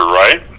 right